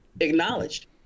acknowledged